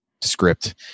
script